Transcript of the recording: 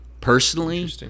personally